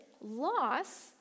loss